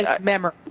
memory